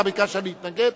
אתה ביקשת להתנגד?